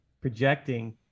projecting